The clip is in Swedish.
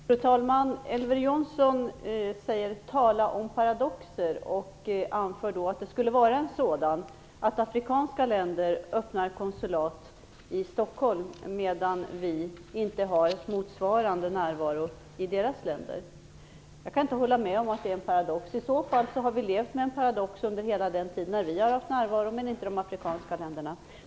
Fru talman! Tala om paradoxer! sade Elver Jonsson och menade att det skulle vara en sådan att afrikanska länder öppnar konsulat i Stockholm medan vi inte har motsvarande närvaro i deras länder. Jag kan inte hålla med om att det är en paradox. I så fall har vi levt med en paradox under hela den tid då vi men inte de afrikanska länderna haft diplomatisk närvaro.